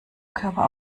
körper